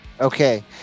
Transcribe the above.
Okay